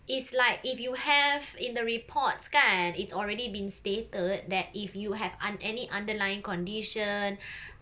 it's like if you have in the reports kan it's already been stated that if you have un~ any underlying conditions